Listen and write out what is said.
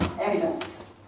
evidence